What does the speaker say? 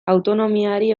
autonomiari